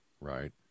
right